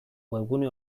webgune